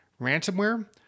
ransomware